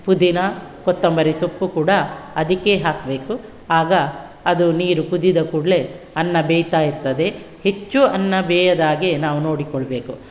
ಪುದೀನ ಕೊತ್ತಂಬರಿ ಸೊಪ್ಪು ಕೂಡ ಅದಕ್ಕೆ ಹಾಕಬೇಕು ಆಗ ಅದು ನೀರು ಕುದಿದ ಕೂಡಲೇ ಅನ್ನ ಬೇಯ್ತಾ ಇರ್ತದೆ ಹೆಚ್ಚು ಅನ್ನ ಬೇಯದ ಹಾಗೆ ನಾವು ನೋಡಿಕೊಳ್ಳಬೇಕು